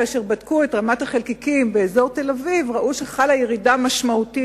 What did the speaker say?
כאשר בדקו את רמת החלקיקים באזור תל-אביב ראו שחלה ירידה משמעותית,